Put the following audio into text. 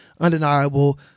undeniable